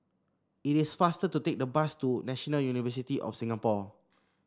it is faster to take the bus to National University of Singapore